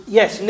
yes